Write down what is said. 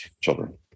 children